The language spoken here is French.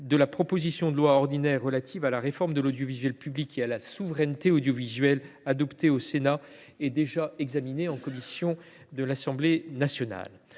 de la proposition de loi relative à la réforme de l’audiovisuel public et à la souveraineté audiovisuelle, adoptée par le Sénat et déjà examinée en commission à l’Assemblée nationale.